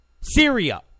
Syria